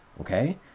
okay